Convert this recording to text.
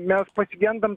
mes pasigendam